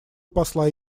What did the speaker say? посла